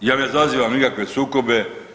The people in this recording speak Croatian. Ja ne izazivam nikakve sukobe.